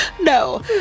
No